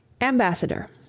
Ambassador